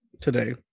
today